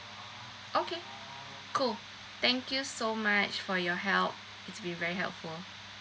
okay cool thank you so much for your help it's been very helpful